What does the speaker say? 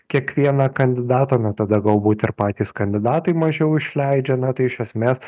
kiekvieną kandidatą na tada galbūt ir patys kandidatai mažiau išleidžia na tai iš esmės